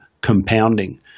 compounding